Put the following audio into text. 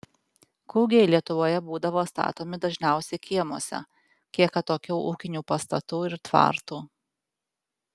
kūgiai lietuvoje būdavo statomi dažniausiai kiemuose kiek atokiau ūkinių pastatų ir tvartų